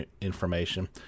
information